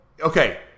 okay